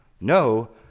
No